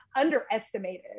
underestimated